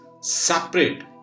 separate